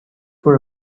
for